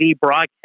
broadcast